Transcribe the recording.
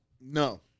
no